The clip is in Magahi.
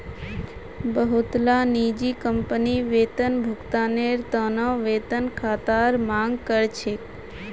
बहुतला निजी कंपनी वेतन भुगतानेर त न वेतन खातार मांग कर छेक